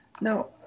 no